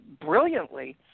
brilliantly